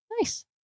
Nice